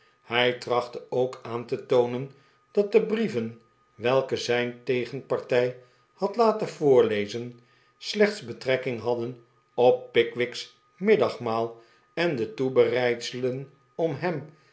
hij trachtte ook aan te toonen dat de brieven welke zijn tegenpartij had laten voorlezen slechts betrekking hadden op pickwick's middagmaal en de toebereidselen om hem